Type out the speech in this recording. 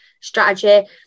strategy